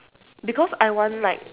because I want like